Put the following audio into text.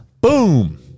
Boom